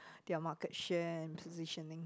their market share and positioning